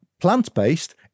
plant-based